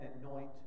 anoint